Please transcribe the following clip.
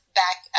back